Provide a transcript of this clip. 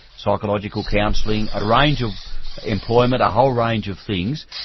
psychological counselling, a range of employment a whole range of things.